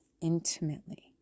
intimately